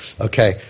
Okay